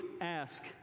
Ask